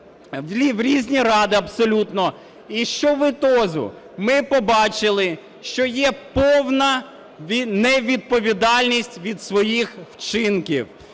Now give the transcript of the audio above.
в різні ради абсолютно. І що в підсумку? Ми побачили, що є повна не відповідальність від своїх вчинків.